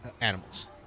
animals